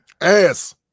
Ass